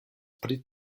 pri